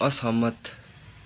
असहमत